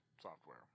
software